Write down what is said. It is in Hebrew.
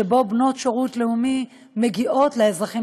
שבו בנות שירות לאומי מגיעות לאזרחים